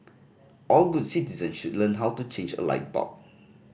all good citizens should learn how to change a light bulb